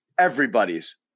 Everybody's